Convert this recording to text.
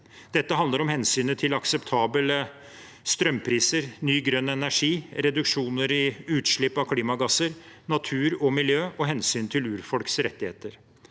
Dette handler om hensynet til akseptable strømpriser, ny grønn energi, reduksjoner i utslipp av klimagasser, natur og miljø og hensyn til urfolks rettigheter.